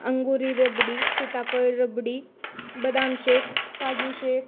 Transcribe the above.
अंगुरी रबडी सीताफळ रबडी बदाम शेक काजू शेक